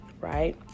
right